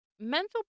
mental